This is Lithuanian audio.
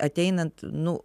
ateinant nu